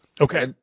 Okay